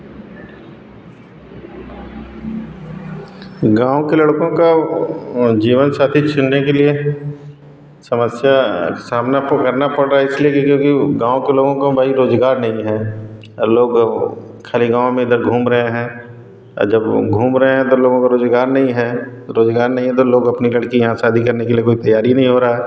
गाँव के लड़कों का जीवनसाथी चुनने के लिए समस्या का सामना आपको करना पड़ रहा है इसलिए क्योंकि गाँव के लोगों को भाई रोज़गार नहीं है और लोग खाली गाँव में इधर घूम रहे हैं और जब वह घूम रहे हैं तब लोगों का रोज़गार नहीं है रोज़गार नहीं है तो लोग अपनी लड़की यहाँ शादी करने के लिए कोई तैयार ही नहीं हो रहा है